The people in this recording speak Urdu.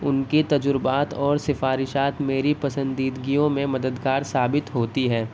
ان کے تجربات اور سفارشات میری پسندیدگی میں مددگار ثابت ہوتی ہیں